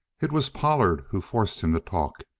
it was pollard who forced him to talk.